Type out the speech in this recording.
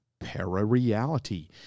parareality